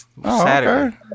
Saturday